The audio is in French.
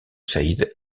saïd